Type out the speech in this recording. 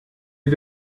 you